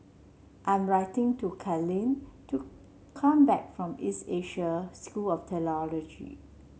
I'm writing to Kathleen to come back from East Asia School of Theology